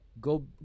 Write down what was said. Go